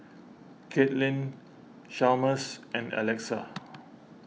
Caitlin Chalmers and Alexa